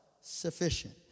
sufficient